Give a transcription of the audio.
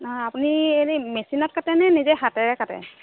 নহয় আপুনি এনে মেচিনত কাটে নে নিজে হাতেৰে কাটে